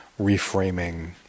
reframing